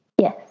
Yes